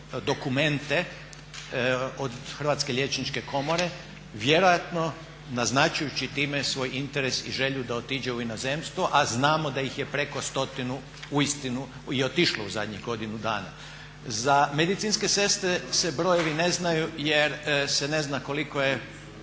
dokumente od Hrvatske liječničke komore vjerojatno naznačujući time svoj interes i želju da otiđe u inozemstvo, a znamo da ih je preko stotinu uistinu i otišlo u zadnjih godinu dana. Za medicinske sestre se brojevi ne znaju, jer se ne zna koliko je